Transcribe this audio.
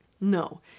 No